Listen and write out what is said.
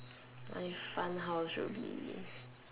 my fun house should be